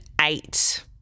eight